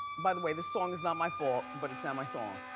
by the way, this song is not my fault, but it's now my song.